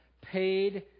Paid